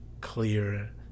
clear